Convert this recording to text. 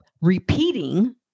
repeating